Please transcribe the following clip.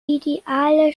ideale